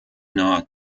not